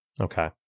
Okay